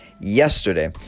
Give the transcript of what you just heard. yesterday